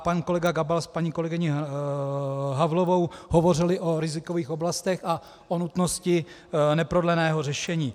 Pan kolega Gabal s paní kolegyní Havlovou hovořili o rizikových oblastech a o nutnosti neprodleného řešení.